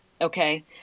Okay